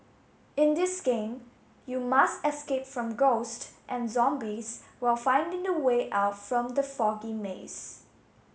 in this game you must escape from ghosts and zombies while finding the way out from the foggy maze